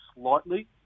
slightly